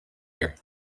year